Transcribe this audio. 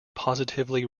positively